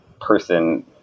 person